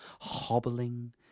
hobbling